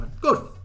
Good